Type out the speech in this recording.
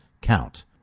count